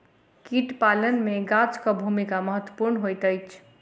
कीट पालन मे गाछक भूमिका महत्वपूर्ण होइत अछि